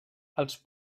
els